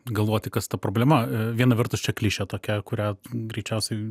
galvoti kas ta problema viena vertus čia klišė tokia kurią greičiausiai